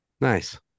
Nice